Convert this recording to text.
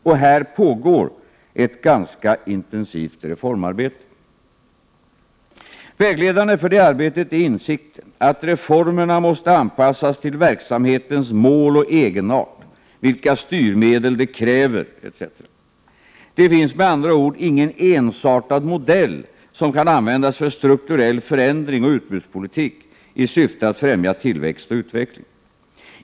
Och här pågår ett ganska intensivt reformarbete. Vägledande för det arbetet är insikten att reformerna måste anpassas till verksamhetens mål och egenart, vilka styrmedel det kräver etc. Det finns med andra ord ingen ensartad modell som kan användas för strukturell förändring och utbudspolitik i syfte att främja tillväxt och utveckling.